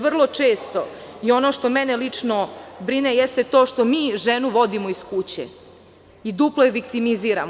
Vrlo često, ono što mene lično brine, jeste to što mi ženu vodimo iz kuće i duplo je viktimiziramo.